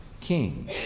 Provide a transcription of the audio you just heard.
king